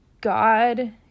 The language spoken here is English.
God